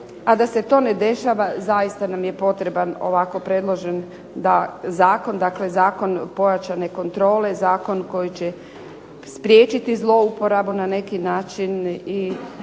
a da se to ne dešava zaista nam je potreban ovako predložen zakon, dakle zakon pojačane kontrole, zakon koji će spriječiti zlouporabu na neki način i